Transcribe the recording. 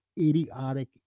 idiotic